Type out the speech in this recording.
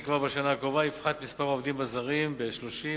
כבר בשנה הקרובה יפחת מספר העובדים הזרים ב-30,000